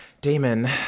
Damon